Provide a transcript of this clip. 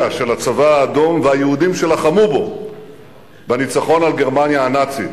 של הצבא האדום והיהודים שלחמו בו בניצחון על גרמניה הנאצית.